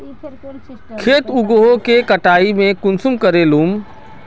खेत उगोहो के कटाई में कुंसम करे लेमु?